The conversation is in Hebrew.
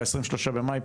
ב-23 במאי,